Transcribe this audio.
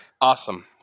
awesome